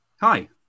hi